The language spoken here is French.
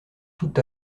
tout